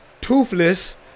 toothless